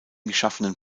geschaffenen